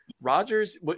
Rodgers